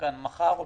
יום האחרון למה?